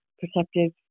perceptive